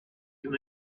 can